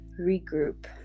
regroup